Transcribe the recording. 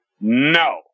No